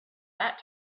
that